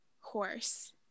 horse